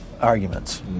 arguments